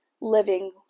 living